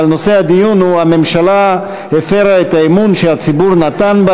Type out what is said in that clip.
אבל נושא הדיון הוא "הממשלה הפרה את האמון שהציבור נתן בה